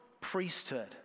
priesthood